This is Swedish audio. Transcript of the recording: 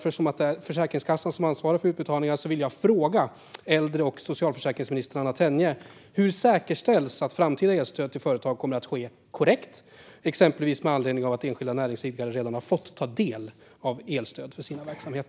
Eftersom det är Försäkringskassan som är ansvarig för utbetalningarna vill jag ställa en fråga till äldre och socialförsäkringsminister Anna Tenje: Hur säkerställs att framtida elstöd till företag kommer att ske korrekt, exempelvis med anledning av att enskilda näringsidkare redan har fått ta del av elstöd för sin verksamhet?